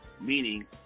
Meaning